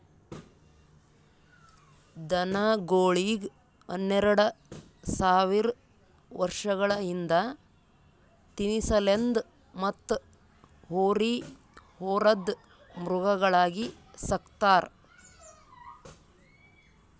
ದನಗೋಳಿಗ್ ಹನ್ನೆರಡ ಸಾವಿರ್ ವರ್ಷಗಳ ಹಿಂದ ತಿನಸಲೆಂದ್ ಮತ್ತ್ ಹೋರಿ ಹೊರದ್ ಮೃಗಗಳಾಗಿ ಸಕ್ತಾರ್